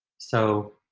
so,